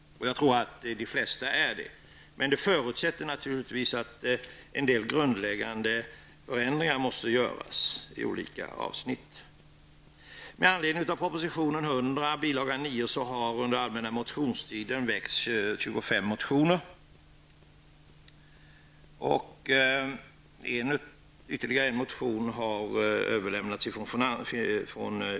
Jag tror att de flesta delar min bedömning. En förutsättning är naturligtvis att en del grundläggande förändringar i olika avsnitt måste genomföras.